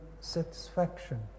satisfaction